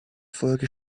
folge